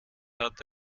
hat